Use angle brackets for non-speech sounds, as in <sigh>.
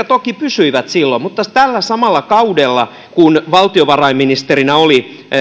<unintelligible> toki pysyivät silloin mutta tällä samalla kaudella kun valtiovarainministerinä oli